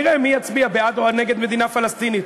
נראה מי יצביע בעד או נגד מדינה פלסטינית.